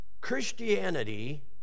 Christianity